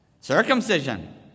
Circumcision